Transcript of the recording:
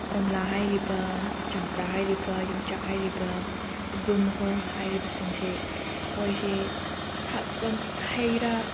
ꯀꯣꯝꯂꯥ ꯍꯥꯏꯔꯤꯕ ꯆꯝꯄ꯭ꯔꯥ ꯍꯥꯏꯔꯤꯕ ꯌꯣꯡꯆꯥꯛ ꯍꯥꯏꯔꯤꯕ ꯑꯗꯨ ꯒꯨꯔꯃꯣꯍꯣꯔ ꯍꯥꯏꯔꯤꯕ ꯁꯤꯡꯁꯤ ꯃꯣꯏꯁꯦ ꯁꯥꯠꯄ ꯍꯩ ꯔꯥ